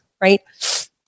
right